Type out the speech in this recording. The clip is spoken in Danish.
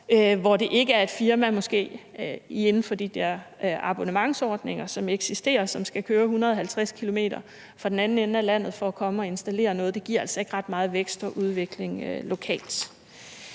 hvor det måske ikke er et firma inden for de dér abonnementsordninger, som eksisterer, som skal køre 150 km fra den anden ende af landet for at komme og installere noget. Det giver altså ikke ret meget vækst og udvikling lokalt.